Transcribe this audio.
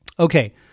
Okay